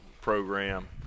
program